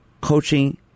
coaching